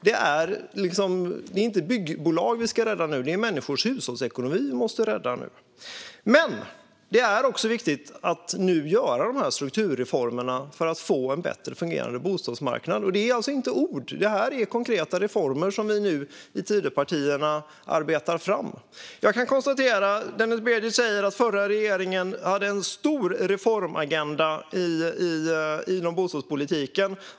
Det är inte byggbolag som vi ska rädda nu, utan det är människors hushållsekonomi som vi måste rädda nu. Men det är också viktigt att nu göra dessa strukturreformer för att få en bättre fungerande bostadsmarknad. Det är alltså inte bara ord, utan det är konkreta reformer som vi i Tidöpartierna nu arbetar fram. Denis Begic säger att den förra regeringen hade en stor reformagenda inom bostadspolitiken.